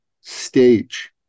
stage